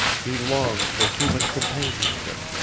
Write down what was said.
he longed for human companionship,